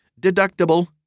deductible